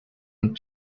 and